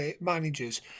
managers